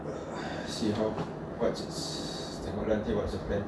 what's yours